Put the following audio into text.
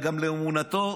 וגם לאמונתו,